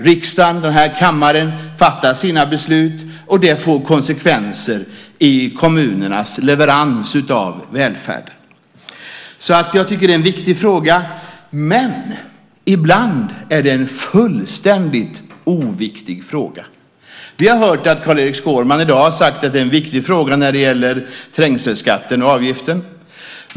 Riksdagen, den här kammaren, fattar sina beslut, och det får konsekvenser i kommunernas leverans av välfärden. Jag tycker att det är en viktig fråga, men ibland är det en fullständigt oviktig fråga. Vi har hört att Carl-Erik Skårman i dag har sagt att det är en viktig fråga när det gäller trängselskatten och avgiften.